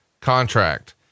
contract